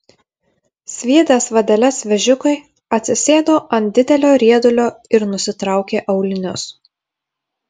sviedęs vadeles vežikui atsisėdo ant didelio riedulio ir nusitraukė aulinius